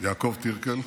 יעקב טירקל,